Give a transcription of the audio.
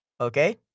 Okay